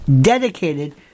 dedicated